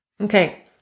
Okay